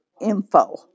info